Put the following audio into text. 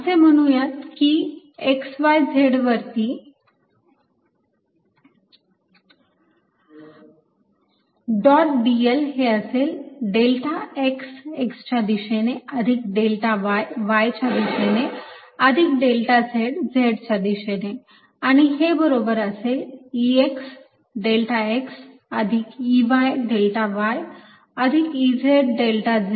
असे म्हणूयात की x y z वरती डॉट dl हे असेल डेल्टा x x च्या दिशेने अधिक डेल्टा y y च्या दिशेने अधिक डेल्टा z z च्या दिशेने आणि हे बरोबर असेल Ex डेल्टा x अधिक Ey डेल्टा y अधिक Ez डेल्टा z